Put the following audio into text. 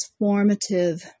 Transformative